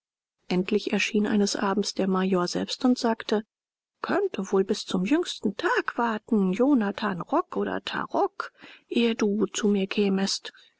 endlich erschien eines abends der major selbst und sagte könnte wohl bis zum jüngsten tag warten jonathan rock oder tarrock ehe du zu mir kämest